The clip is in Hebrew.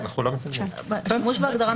השימוש בהגדרה,